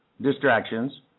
Distractions